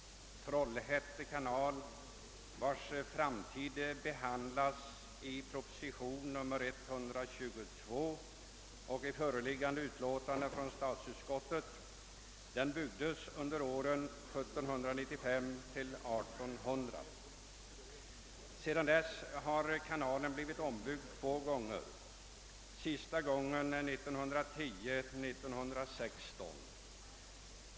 Trollhätte kanal, vars framtid behandlas i propositionen 122 och i föreliggande utlåtande från statsutskottet, byggdes under åren 1795—1800. Sedan dess har kanalen blivit ombyggd två gånger, senast 1910—1916.